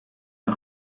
een